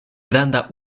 granda